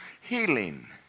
Healing